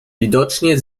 widocznie